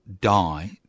die